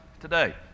today